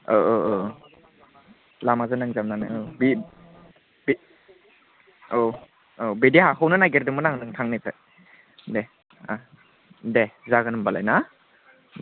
औ लामाजों नांजाबनानै बि औ औ बिदि हाखौनो नागिरदोंमोन आं नोंथांनिफ्राय दे जागोन होमब्लालाय ना